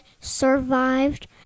survived